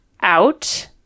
Out